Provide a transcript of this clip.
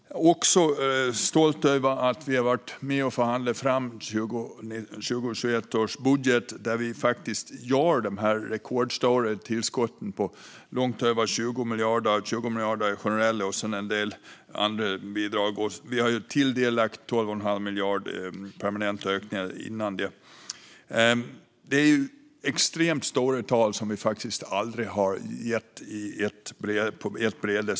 Jag är också stolt över att vi har varit med och förhandlat fram 2021 års budget, där vi gör rekordstora tillskott på långt över 20 miljarder - 20 miljarder i generella bidrag och så en del andra bidrag. Innan dess hade vi till detta lagt 12 1⁄2 miljard i permanenta ökningar. Det rör sig om extremt stora summor som vi faktiskt aldrig tidigare har gett på ett bräde.